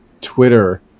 Twitter